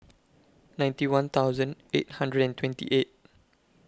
ninety one thousand eight hundred and twenty eight